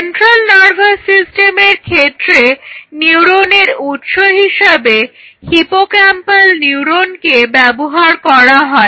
central nervous সিস্টেমের ক্ষেত্রে নিউরনের উৎস হিসাবে হিপোক্যাম্পাল নিউরনকে ব্যবহার করা হয়